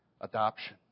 adoption